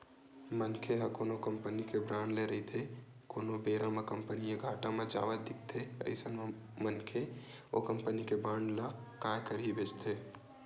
मनखे ह कोनो कंपनी के बांड ले रहिथे कोनो बेरा म कंपनी ह घाटा म जावत दिखथे अइसन म मनखे ओ कंपनी के बांड ल काय करही बेंचथे